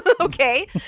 okay